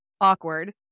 awkward